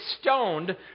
stoned